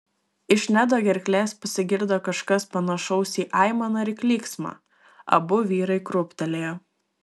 iš nedo gerklės pasigirdo kažkas panašaus į aimaną ir klyksmą abu vyrai krūptelėjo